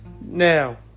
Now